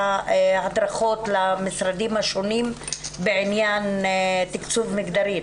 הדרכות למשרדים השונים בעניין תקצוב מ גדרי,